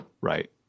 Right